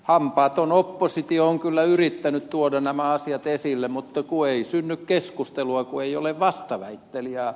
hampaaton oppositio on kyllä yrittänyt tuoda nämä asiat esille mutta ei synny keskustelua kun ei ole vastaväittelijää